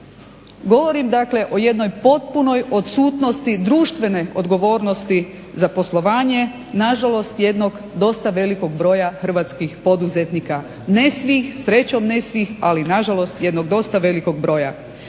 Govorim dakle o jednoj potpunoj odsutnosti društvene odgovornosti za poslovanje nažalost jednog dosta velikog broja hrvatskih poduzetnika, ne svih, srećom ne svih, ali nažalost jednog dosta velikog broja.